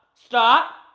stop.